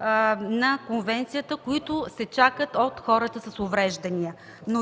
от конвенцията, които се чакат от хората с увреждания.